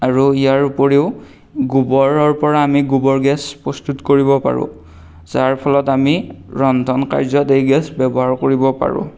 আৰু ইয়াৰ উপৰিও গোবৰৰ পৰা আমি গোবৰ গেছ প্ৰস্তুত কৰিব পাৰোঁ যাৰ ফলত আমি ৰন্ধন কাৰ্যত এই গেছ ব্যৱহাৰ কৰিব পাৰোঁ